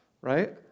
right